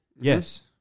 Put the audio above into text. Yes